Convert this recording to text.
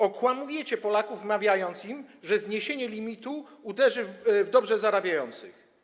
Okłamujecie Polaków, wmawiacie im, że zniesienie limitu uderzy w dobrze zarabiających.